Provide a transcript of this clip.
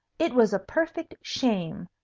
it was a perfect shame,